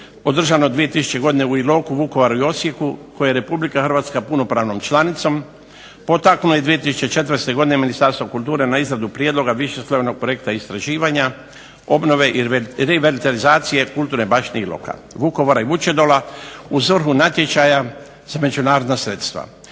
održane 2000. godine u Iloku, Vukovaru i Osijeku koje je Republika Hrvatska punopravnom članicom potaknulo 2004. godine Ministarstvo kulture na izradu prijedloga višeslojnog projekta istraživanja, obnove i .../Govornik se ne razumije./... kulturne baštine Iloka, Vukovara i Vučedola u svrhu natječaja s međunarodna sredstva.